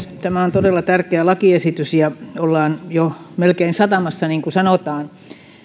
tämä on todella tärkeä lakiesitys ja ollaan jo melkein satamassa niin kuin sanotaan